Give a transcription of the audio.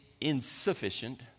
insufficient